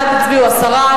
בעד הצביעו עשרה,